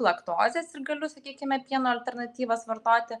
laktozės ir galiu sakykime pieno alternatyvas vartoti